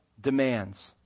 demands